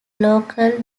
local